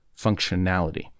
functionality